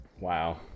Wow